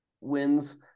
wins